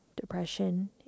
depression